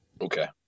Okay